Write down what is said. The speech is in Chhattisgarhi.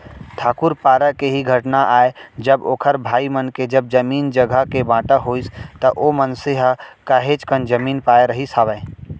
ठाकूर पारा के ही घटना आय जब ओखर भाई मन के जब जमीन जघा के बाँटा होइस त ओ मनसे ह काहेच कन जमीन पाय रहिस हावय